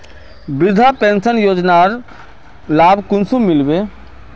वृद्धा पेंशन योजनार लाभ कुंसम मिलबे?